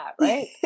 right